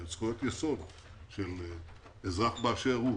זכויות יסוד של אזרח באשר הוא.